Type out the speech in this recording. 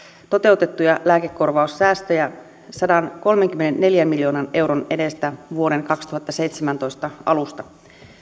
toteutettuja lääkekorvaussäästöjä sadankolmenkymmenenneljän miljoonan euron edestä vuoden kaksituhattaseitsemäntoista alusta